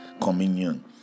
Communion